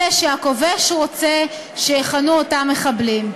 אלה שהכובש רוצה שיכנו אותם מחבלים.